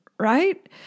right